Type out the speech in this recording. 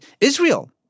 Israel